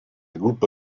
gruppo